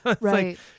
Right